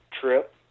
trip